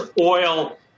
oil